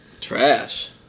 Trash